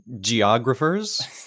geographers